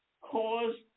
caused